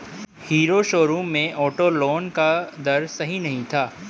hero showroom में auto loan का दर सही नहीं था